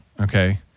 okay